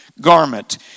garment